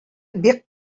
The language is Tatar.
бик